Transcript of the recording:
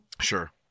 Sure